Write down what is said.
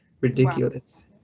ridiculous